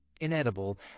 inedible